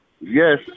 Yes